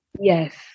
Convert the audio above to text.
Yes